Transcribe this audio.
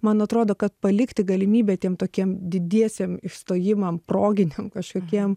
man atrodo kad palikti galimybę tiem tokiem didiesiem išstojimam proginiam kažkokiem